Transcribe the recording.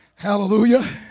Hallelujah